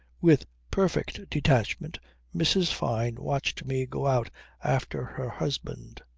with perfect detachment mrs. fyne watched me go out after her husband.